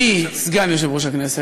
אני סגן יושב-ראש הכנסת.